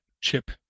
chip